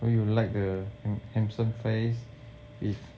so you like the handsome face with